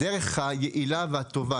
הדרך היעילה והטובה,